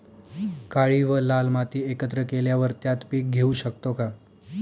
काळी व लाल माती एकत्र केल्यावर त्यात पीक घेऊ शकतो का?